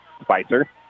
Spicer